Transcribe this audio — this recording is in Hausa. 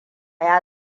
ya